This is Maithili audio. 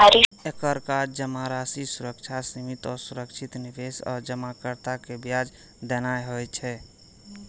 एकर काज जमाराशिक सुरक्षा, सीमित आ सुरक्षित निवेश आ जमाकर्ता कें ब्याज देनाय होइ छै